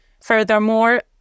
Furthermore